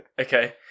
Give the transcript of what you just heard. Okay